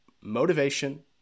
motivation